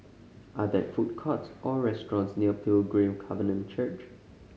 are there food courts or restaurants near Pilgrim Covenant Church